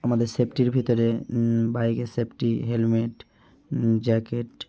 আমাদের সেফটির ভিতরে বাইকের সেফটি হেলমেট জ্যাকেট